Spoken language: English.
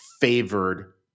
favored